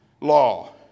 law